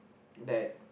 that